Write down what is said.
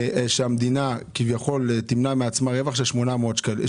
שהמדינה כביכול תמנע מעצמה רווח של 800 מיליון?